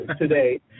today